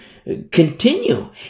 continue